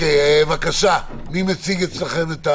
בבקשה, מי מציג אצלכם?